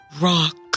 rock